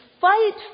fight